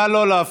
נא לא להפריע.